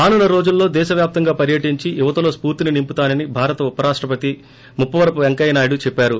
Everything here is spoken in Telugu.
రానున్న రోజుల్లో దేశవ్యాప్తంగా పర్యటించి యువతలో స్పూర్తిని నింపుతానని భారత ఉప రాష్టపతి ముప్పవరపు పెంకయ్యనాయుడు చెప్పారు